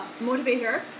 motivator